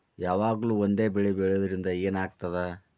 ಯಾವಾಗ್ಲೂ ಒಂದೇ ಬೆಳಿ ಬೆಳೆಯುವುದರಿಂದ ಏನ್ ಆಗ್ತದ?